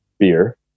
beer